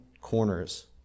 corners